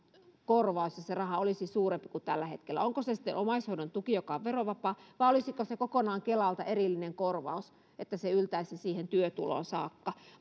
korvaus ja raha olisi suurempi kuin tällä hetkellä onko se sitten omaishoidon tuki joka on verovapaa vai olisiko se kokonaan kelalta erillinen korvaus että se yltäisi siihen työtuloon saakka